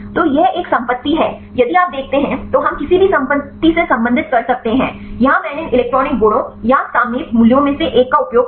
तो यह एक संपत्ति है यदि आप देखते हैं तो हम किसी भी संपत्ति से संबंधित कर सकते हैं यहाँ मैंने इन इलेक्ट्रॉनिक गुणों या सामयिक मूल्यों में से एक का उपयोग किया